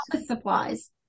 supplies